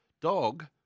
dog